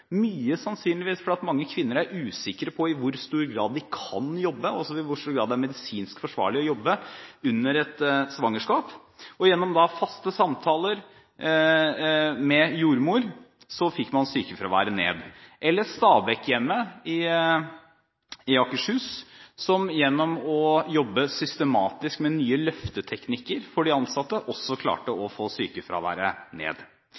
mange kvinner er usikre på i hvor stor grad de kan jobbe, og i hvor stor grad det er medisinsk forsvarlig å jobbe under et svangerskap. Gjennom faste samtaler med jordmor fikk man sykefraværet ned. Eller man kan nevne Stabekk-hjemmet i Akershus, som gjennom å jobbe systematisk med nye løfteteknikker for de ansatte også klarte å få sykefraværet ned.